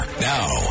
Now